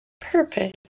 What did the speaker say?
Perfect